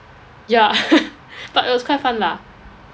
ya but it was quite fun lah